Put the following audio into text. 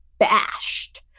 bashed